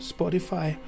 Spotify